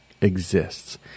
exists